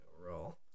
roll